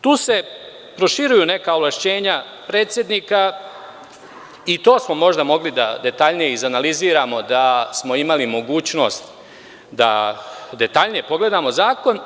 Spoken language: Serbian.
Tu se proširuju neka ovlašćenja predsednika i to smo možda mogli da detaljnije izanaliziramo da smo imali mogućnost da detaljnije pogledamo zakon.